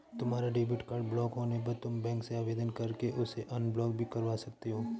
तुम्हारा debit card block होने पर तुम बैंक से आवेदन करके उसे अनब्लॉक भी करवा सकते हो